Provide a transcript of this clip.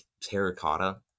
terracotta